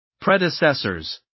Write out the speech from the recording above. predecessors